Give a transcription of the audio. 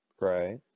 right